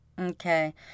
Okay